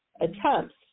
attempts